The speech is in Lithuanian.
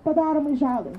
padaromai žalai